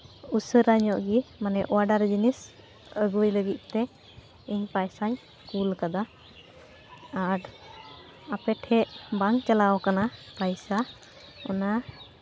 ᱩᱥᱟᱹᱨᱟ ᱧᱚᱜ ᱜᱮ ᱢᱟᱱᱮ ᱚᱰᱟᱨ ᱡᱤᱱᱤᱥ ᱟᱹᱜᱩᱭ ᱞᱟᱹᱜᱤᱫ ᱛᱮᱧ ᱤᱧ ᱯᱚᱭᱥᱟᱧ ᱠᱩᱞ ᱠᱟᱫᱟ ᱟᱨ ᱟᱯᱮ ᱴᱷᱮᱡ ᱵᱟᱝ ᱪᱟᱞᱟᱣ ᱠᱟᱱᱟ ᱯᱚᱭᱥᱟ ᱚᱱᱟ